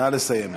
נא לסיים.